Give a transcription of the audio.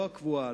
לא הקבועה,